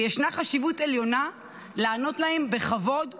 וישנה חשיבות עליונה לענות להן בכבוד וברגישות.